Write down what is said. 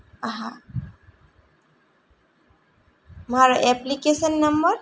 હા મારો application number